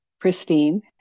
pristine